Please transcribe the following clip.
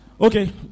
Okay